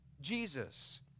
Jesus